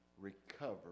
Recover